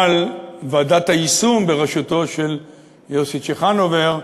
אבל ועדת היישום, בראשותו של יוסי צ'חנובר,